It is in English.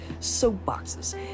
soapboxes